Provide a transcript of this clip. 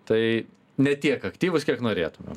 tai ne tiek aktyvūs kiek norėtumėm